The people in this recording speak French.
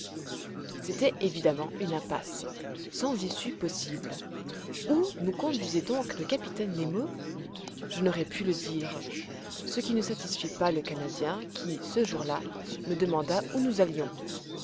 c'était évidemment une impasse sans issue possible où nous conduisait donc le capitaine nemo je n'aurais pu le dire ce qui ne satisfit pas le canadien qui ce jour-là me demanda où nous allions